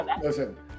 Listen